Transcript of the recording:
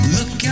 Look